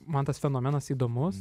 man tas fenomenas įdomus